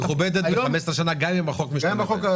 היא מכובדת ל-15 שנה גם אם החוק משתנה.